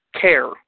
care